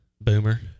Boomer